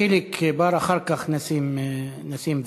חיליק בר, אחר כך נסים זאב,